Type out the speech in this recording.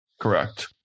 Correct